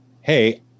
Hey